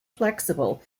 flexible